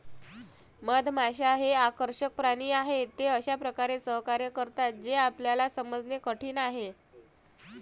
मधमाश्या हे आकर्षक प्राणी आहेत, ते अशा प्रकारे सहकार्य करतात जे आपल्याला समजणे कठीण आहे